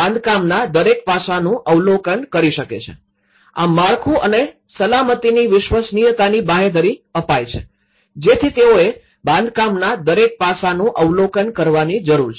બાંધકામના દરેક પાસાનું અવલોકન કરી શકે છે આમ માળખું અને સલામતીની વિશ્વસનીયતાની બાંયધરી અપાય છે જેથી તેઓએ બાંધકામના દરેક પાસાનું અવલોકન કરવાની જરૂર છે